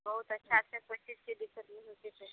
बहुत अच्छा छै बेटीके बेचल नहि ने जयतै